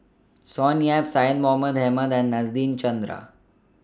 Sonny Yap Syed Mohamed Ahmed and Nadasen Chandra